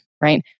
right